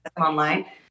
online